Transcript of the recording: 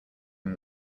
him